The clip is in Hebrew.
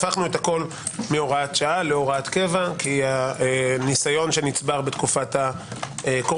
הפכנו את הכול מהוראת שעה להוראת קבע כי הניסיון שנצבר בתקופת הקורונה